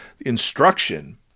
instruction